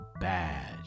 bad